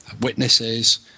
witnesses